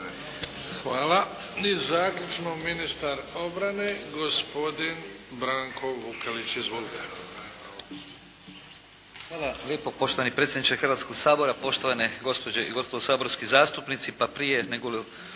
Hvala. I zaključno ministar obrane, gospodin Branko Vukelić. **Vukelić, Branko (HDZ)** Poštovani predsjedniče Hrvatskoga sabora, poštovane gospođe i gospodo saborski zastupnici. Pa prije negoli